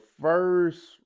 first